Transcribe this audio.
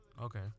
Okay